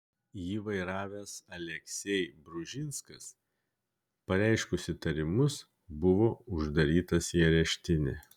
jį vairavęs aleksej bružinskas pareiškus įtarimus buvo uždarytas į areštinę